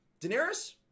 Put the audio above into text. Daenerys